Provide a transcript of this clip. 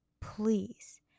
please